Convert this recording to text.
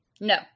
No